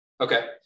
Okay